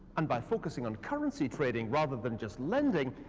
and by focusing on currency trading rather than just like iending,